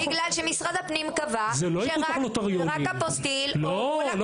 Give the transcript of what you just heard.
בגלל שמשרד הפנים קבע שרק אפוסטיל או --- לא.